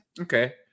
Okay